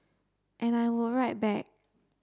and I would write back